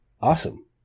awesome